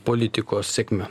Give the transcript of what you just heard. politikos sėkme